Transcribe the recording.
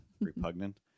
repugnant